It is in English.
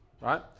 right